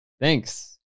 Thanks